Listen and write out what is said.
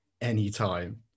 anytime